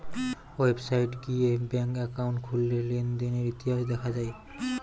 website গিয়ে bank account খুললে লেনদেনের ইতিহাস দেখা যায়